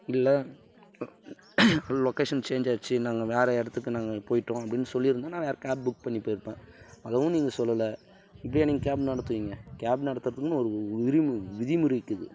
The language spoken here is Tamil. இல்லை லொகேஷன் சேன்ஞ்ச் ஆகிடுச்சி நாங்கள் வேற இடத்துக்கு நாங்கள் போய்விட்டோம் அப்படின்னு சொல்லி இருந்தால் நான் வேற கேப் புக் பண்ணி போய் இருப்பேன் அதுவும் நீங்கள் சொல்லலை இப்படியா நீங்கள் கேப் நடத்துவீங்க கேப் நடத்துறதுக்குனு ஒரு விதிமுறை இருக்குது